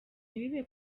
ntibibe